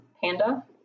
panda